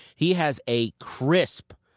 he has a crisp,